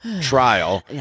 trial